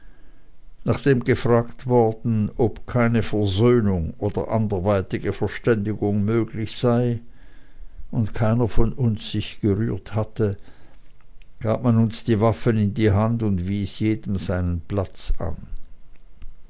nachdem gefragt worden ob keine versöhnung oder anderweitige verständigung möglich sei und keiner von uns beiden sich gerührt hatte gab man uns die waffen in die hand und wies jedem seinen platz an